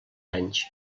anys